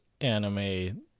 anime